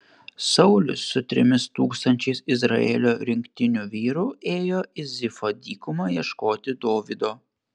saulius su trimis tūkstančiais izraelio rinktinių vyrų ėjo į zifo dykumą ieškoti dovydo